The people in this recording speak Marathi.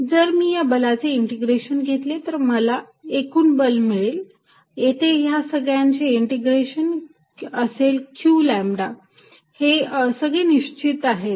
जर मी या बलाचे इंटिग्रेशन घेतले तर मला एकूण बल मिळेल येथे ह्या सगळ्यांचे इंटिग्रेशन असेल q लॅम्बडा हे सगळे निश्चित आहेत